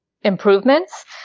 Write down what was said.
improvements